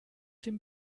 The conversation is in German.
dem